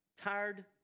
tired